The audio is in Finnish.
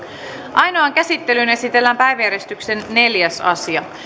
ainoaan käsittelyyn esitellään päiväjärjestyksen neljäs asia